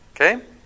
Okay